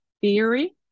theory